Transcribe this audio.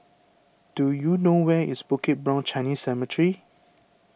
do you know where is Bukit Brown Chinese Cemetery